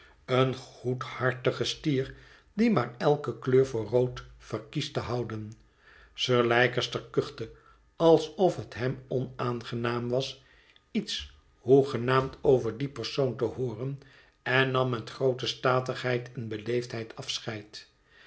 een goedhartige stier die maar elke kleur voor rood verkiest te houden sir leicester kuchte alsof het hem onaangenaam was iets hoegenaamd over dien persoon te hooren en nam met groote statigheid en beleefdheid afscheid